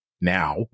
now